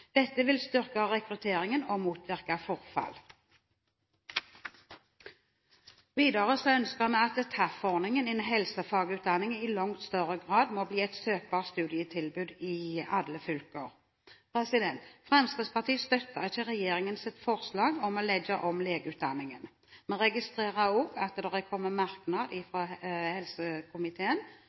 Dette vil styrke rekrutteringen og motvirke frafall. Videre ønsker vi at TAF-ordningen innen helsefagutdanning i langt større grad må bli et søkbart studietilbud i alle fylker. Fremskrittspartiet støtter ikke regjeringens forslag om å legge om legeutdanningen. Vi registrerer også at det er kommet